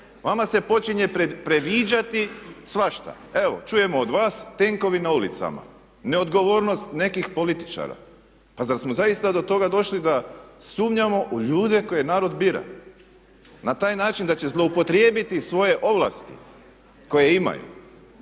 Vama se počinje priviđati svašta. Evo čujemo od vas tenkovi na ulicama, neodgovornost nekih političara. Pa zar smo zaista do toga došli da sumnjamo u ljude koje narod bira na taj način da će zloupotrijebiti svoje ovlasti koje imaju.